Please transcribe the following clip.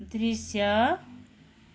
दृश्य